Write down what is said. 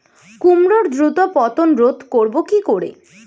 কুমড়োর দ্রুত পতন রোধ করব কি করে?